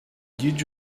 did